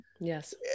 Yes